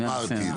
אמרתי.